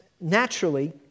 naturally